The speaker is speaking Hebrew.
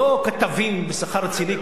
לא כתבים בשכר רציני,